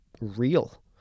real